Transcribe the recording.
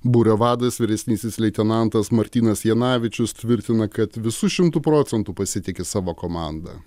būrio vadas vyresnysis leitenantas martynas janavičius tvirtina kad visu šimtu procentų pasitiki savo komanda